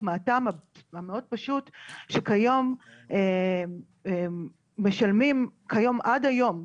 מהטעם המאוד פשוט שכיום משלמים עד היום,